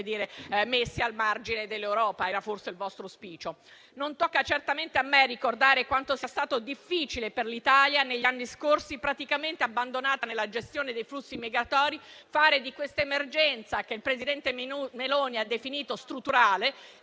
essere messi al margine dell'Europa. Era questo forse il vostro auspicio. Non tocca certamente a me ricordare quanto sia stato difficile per l'Italia, negli anni scorsi, praticamente abbandonata nella gestione dei flussi migratori, fare di questa emergenza, che il presidente Meloni ha definito strutturale,